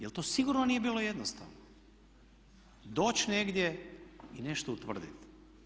Jel to sigurno nije bilo jednostavno, doći negdje i nešto utvrditi.